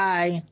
Bye